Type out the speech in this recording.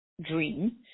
dream